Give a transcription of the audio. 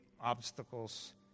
obstacles